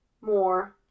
More